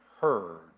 heard